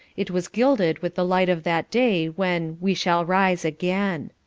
it was gilded with the light of that day when we shall rise again.